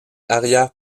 arrière